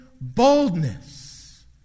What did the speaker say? boldness